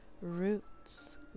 roots